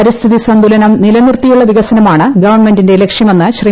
പരിസ്ഥിതി സന്തുലനം നിലനിർത്തിയുള്ള വികസനമാണ് ഗവൺമെന്റിന്റെ ലക്ഷ്യമെന്ന് ശ്രീ